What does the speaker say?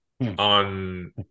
On